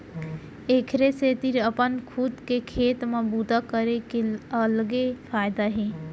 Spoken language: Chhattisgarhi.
एखरे सेती अपन खुद के खेत म बूता करे के अलगे फायदा हे